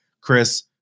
Chris